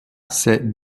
ces